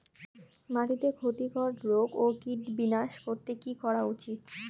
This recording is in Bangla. মাটিতে ক্ষতি কর রোগ ও কীট বিনাশ করতে কি করা উচিৎ?